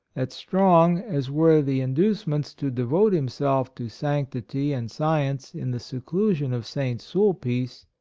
that strong as were the inducements to devote himself to sanctitv and science in the seclusion of st. sulpice,